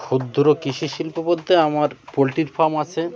ক্ষুদ্র কৃষি শিল্প বলতে আমার পোলট্রির ফার্ম আছে